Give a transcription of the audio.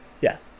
Yes